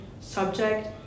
subject